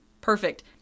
Perfect